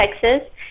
Texas